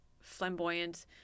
flamboyant